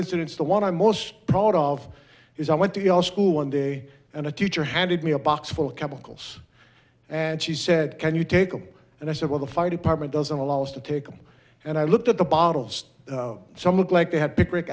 incidents the one i'm most proud of is i went to school one day and a teacher handed me a box full chemicals and she said can you take a and i said well the fire department doesn't allow us to take them and i looked at the bottles some looked like they had